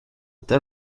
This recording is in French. tel